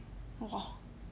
woah